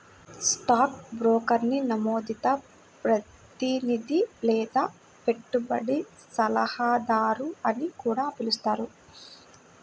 stock బ్రోకర్ని నమోదిత ప్రతినిధి లేదా పెట్టుబడి సలహాదారు అని కూడా పిలుస్తారు